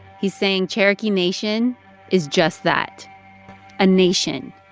he's saying cherokee nation is just that a nation.